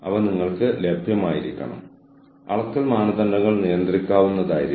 അവർക്ക് ആ നയങ്ങൾ ഉപയോഗിക്കാൻ കഴിയില്ല